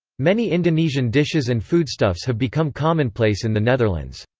many indonesian dishes and foodstuffs have become commonplace in the netherlands.